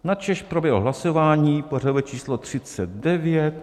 Načež proběhlo hlasování pořadové číslo třicet devět.